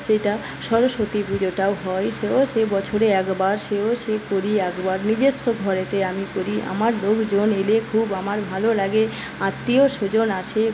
সেটা সরস্বতী পুজোটাও হয় সেও সে বছরে একবার সেও সে করি একবার নিজস্ব ঘরেতে আমি করি আমার লোকজন এলে খুব আমার ভালো লাগে আত্মীয় স্বজন আসে